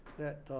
that